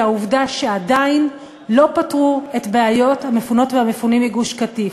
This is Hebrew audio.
היא העובדה שעדיין לא פתרו את בעיות המפונות והמפונים מגוש-קטיף.